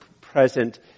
present